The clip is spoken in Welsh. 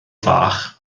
fach